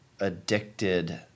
addicted